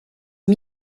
est